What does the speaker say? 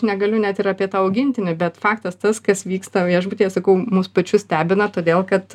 negaliu net ir apie tą augintinį bet faktas tas kas vyksta viešbutyje sakau mus pačius stebina todėl kad